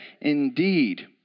indeed